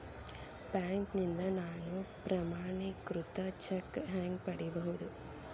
ಬ್ಯಾಂಕ್ನಿಂದ ನಾನು ಪ್ರಮಾಣೇಕೃತ ಚೆಕ್ ಹ್ಯಾಂಗ್ ಪಡಿಬಹುದು?